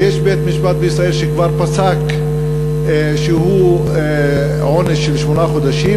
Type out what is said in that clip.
שיש בית-משפט בישראל שכבר פסק לו עונש של שמונה חודשים,